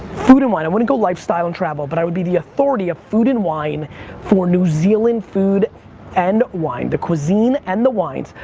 food and wine, i wouldn't go lifestyle and travel, but i would be the authority of food and wine for new zealand food and wine, the cuisine and the wines.